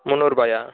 முந்நூறுபாயா